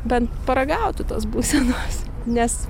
bent paragautų tos būsenos nes